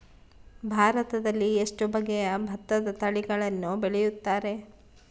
ಭಾರತದಲ್ಲಿ ಎಷ್ಟು ಬಗೆಯ ಭತ್ತದ ತಳಿಗಳನ್ನು ಬೆಳೆಯುತ್ತಾರೆ?